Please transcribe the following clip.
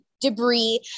debris